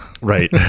right